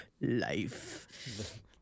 Life